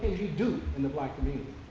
you do in the black community?